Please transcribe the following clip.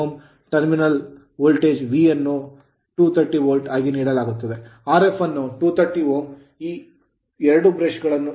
1Ω terminal terminal voltage V ಅನ್ನು 230 volt ಆಗಿ ನೀಡಲಾಗುತ್ತದೆ Rf ಅನ್ನು 230 Ω ಈ 2 ಬ್ರಷ್ ಗಳನ್ನು ಇಲ್ಲಿ ಪರಿಗಣಿಸಿ